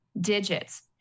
digits